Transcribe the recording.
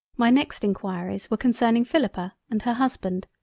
my next enquiries were concerning philippa and her husband,